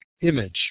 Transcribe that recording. image